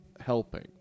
helping